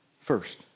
First